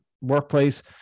workplace